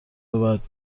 بعد